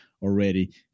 Already